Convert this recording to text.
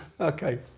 Okay